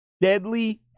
Deadly